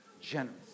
generous